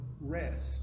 rest